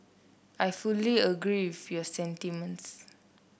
I fully agree your sentiments